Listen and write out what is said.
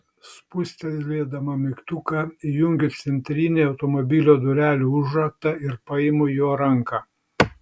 spustelėdama mygtuką įjungiu centrinį automobilio durelių užraktą ir paimu jo ranką